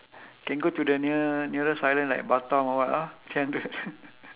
can go to the near nearest island like batam or what ah three hundred